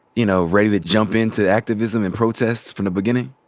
you know, ready to jump into activism and protests from the beginning?